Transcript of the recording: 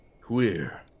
queer